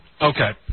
okay